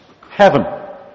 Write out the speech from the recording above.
heaven